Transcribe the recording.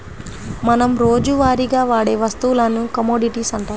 మనం రోజువారీగా వాడే వస్తువులను కమోడిటీస్ అంటారు